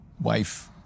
wife